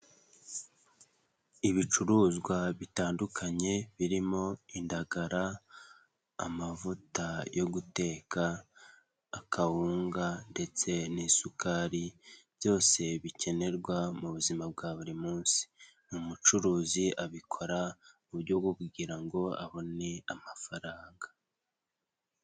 Ibicuruzwa bitandukanye, birimo: indagara, amavuta yo guteka, akawunga ndetse n'isukari, byose bikenerwa mubuzima bwa burimunsi. Umucuruzi abikora muburyo bwo kugira ngo abone amafaranga.